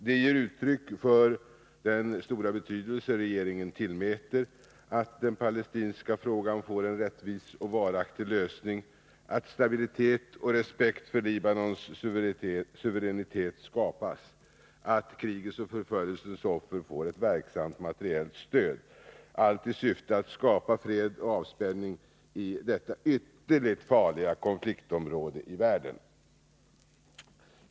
Det ger uttryck för den stora betydelse regeringen tillmäter att den palestinska frågan får en rättvis och varaktig lösning, att respekt för Libanons suveränitet skapas, att krigets och förföljelsens offer får ett verksamt materiellt stöd — allt i syfte att uppnå fred och avspänning i detta ytterligt farliga konfliktområde i världen.